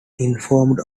informed